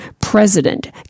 President